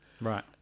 right